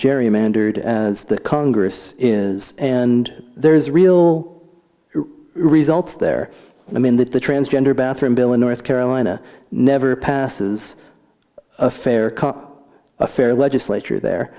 gerrymandered as the congress is and there's real results there i mean that the transgender bathroom bill in north carolina never passes a fair cop a fair legislature there